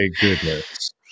goodness